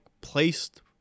placed